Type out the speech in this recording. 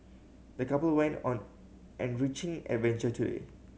the couple went on enriching adventure